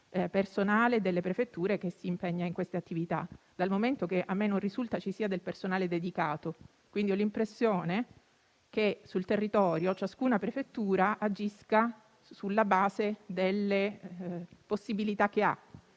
personale delle prefetture che si impegna in queste attività. Dal momento che a me non risulta ci sia del personale dedicato, ho l'impressione che sul territorio ciascuna prefettura agisca sulla base delle proprie possibilità. Da